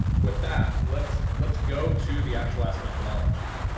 with that, let's let's go to the actual ask methodology.